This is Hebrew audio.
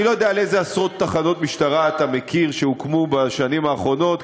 אני לא יודע איזה עשרות תחנות משטרה אתה מכיר שהוקמו בשנים האחרונות,